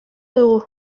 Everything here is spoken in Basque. dugu